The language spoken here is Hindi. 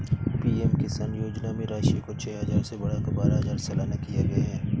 पी.एम किसान योजना में राशि को छह हजार से बढ़ाकर बारह हजार सालाना किया गया है